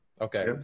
Okay